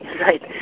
right